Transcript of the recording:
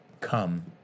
come